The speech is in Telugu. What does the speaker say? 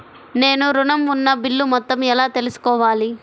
నేను ఋణం ఉన్న బిల్లు మొత్తం ఎలా తెలుసుకోవాలి?